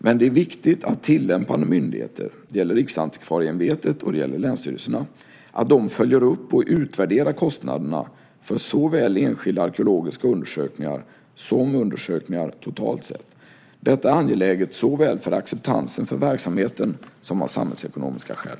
Det är dock viktigt att tillämpande myndigheter - Riksantikvarieämbetet, RAÄ, och länsstyrelserna - följer upp och utvärderar kostnaderna för såväl enskilda arkeologiska undersökningar som undersökningar totalt sett. Detta är angeläget såväl för acceptansen för verksamheten som av samhällsekonomiska skäl.